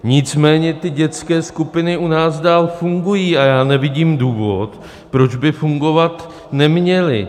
Nicméně dětské skupiny u nás dál fungují a já nevidím důvod, proč by fungovat neměly.